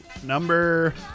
Number